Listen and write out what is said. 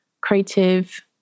creative